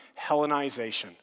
Hellenization